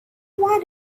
why